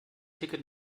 ticket